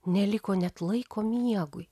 neliko net laiko miegui